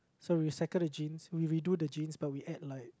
so we recycle the jeans we redo the jeans but we add like